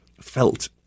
felt